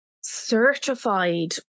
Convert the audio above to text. certified